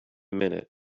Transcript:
minute